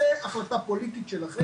זו החלטה פוליטית שלכם.